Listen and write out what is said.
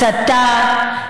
הסתה,